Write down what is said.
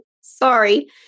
Sorry